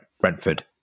Brentford